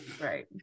right